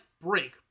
break